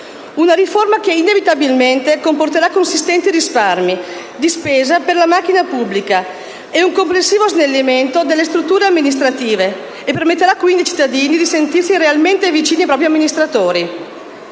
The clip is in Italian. Una riforma che inevitabilmente comporterà consistenti risparmi di spesa per la macchina pubblica e un complessivo snellimento delle strutture amministrative e che permetterà ai cittadini di sentirsi realmente vicini ai propri amministratori.